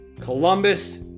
Columbus